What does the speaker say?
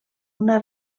una